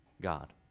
God